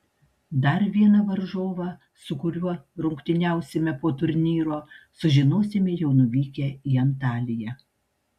dar vieną varžovą su kuriuo rungtyniausime po turnyro sužinosime jau nuvykę į antaliją